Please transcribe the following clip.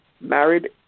married